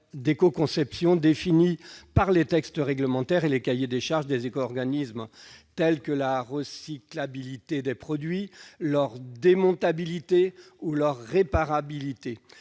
d'éco-conception définis par les textes réglementaires et les cahiers des charges des éco-organismes, comme la recyclabilité des produits, leur démontabilité ou leur réparabilité.